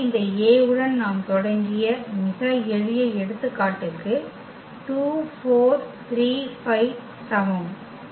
எனவே இந்த A உடன் நாம் தொடங்கிய மிக எளிய எடுத்துக்காட்டுக்கு சமம்